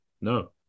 No